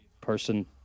person